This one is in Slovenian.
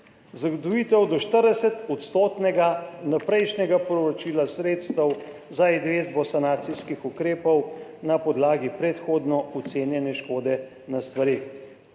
zagotovitev do 40-odstotnega vnaprejšnjega povračila sredstev za izvedbo sanacijskih ukrepov na podlagi predhodno ocenjene škode na stvareh,